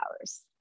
hours